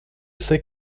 sais